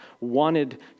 wanted